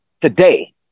today